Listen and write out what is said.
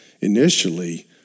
initially